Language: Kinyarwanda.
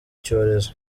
cyorezo